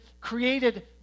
created